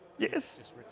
Yes